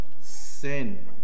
sin